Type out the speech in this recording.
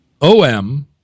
O-M